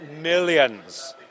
millions